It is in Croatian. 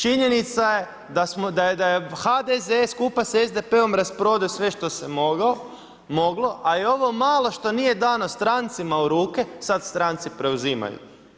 Činjenica je da je HDZ skupa s SDP-om rasprodao sve što se moglo, a i ovo malo što nije dano strancima u ruke sada stranci preuzimaju.